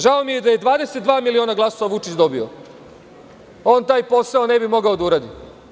Žao mi je, da je 22 miliona glasova Vučić dobio, on taj posao ne bi mogao da uradi.